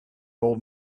old